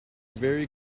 very